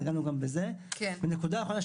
ונקודה אחרונה,